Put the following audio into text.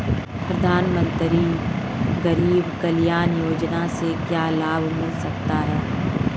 प्रधानमंत्री गरीब कल्याण योजना से क्या लाभ मिल सकता है?